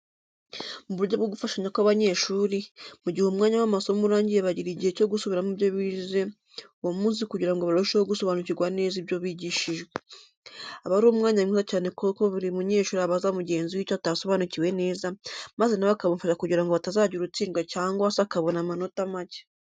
Mu buryo bwo gufashanya kw'abanyeshuri, mu gihe umwanya w'amasomo urangiye bagira igihe cyo gusubiramo ibyo bize uwo munsi kugira ngo barusheho gusobanukirwa neza ibyo bigishijwe. Aba ari umwanya mwiza cyane kuko buri munyeshuri abaza mugenzi we icyo atasobanukiwe neza, maze na we akamufasha kugira ngo hatazagira utsindwa cyangwa se akabona amanota make.